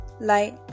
light